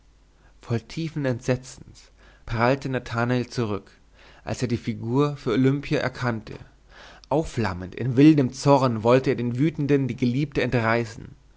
voll tiefen entsetzens prallte nathanael zurück als er die figur für olimpia erkannte aufflammend in wildem zorn wollte er den wütenden die geliebte entreißen